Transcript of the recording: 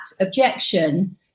objection